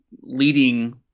leading